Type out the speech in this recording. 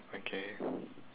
okay